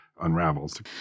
unravels